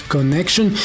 Connection